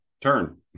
turn